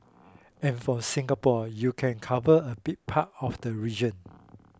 and from Singapore you can cover a big part of the region